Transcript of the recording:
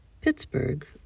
Pittsburgh